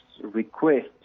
request